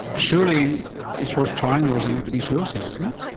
surely it's worth trying those on endometriosis, isn't it?